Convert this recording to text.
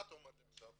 מה אתה אומר לי עכשיו?